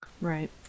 Right